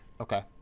Okay